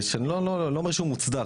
שאני לא אומר שהוא מוצדק,